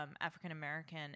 African-American